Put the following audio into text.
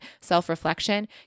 self-reflection